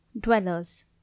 dwellers